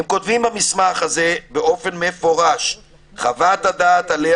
הם כותבים במסמך הזה באופן מפורש: "חוות הדעת עליה